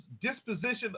disposition